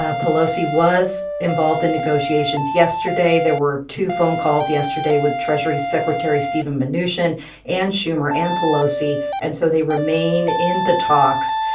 ah pelosi was involved in negotiations. yesterday, there were two phone calls yesterday with treasury secretary steven mnuchin and schumer and pelosi. and so they remain in the talks.